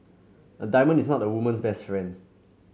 a diamond is not a woman's best friend